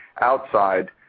outside